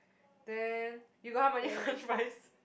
then you got how many farm rice